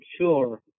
sure